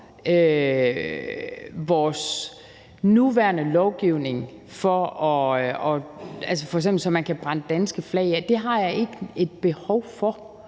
vores nuværende lovgivning, så man f.eks. kan brænde danske flag af – det har jeg ikke et behov for;